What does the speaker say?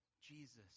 Jesus